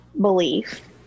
belief